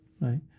right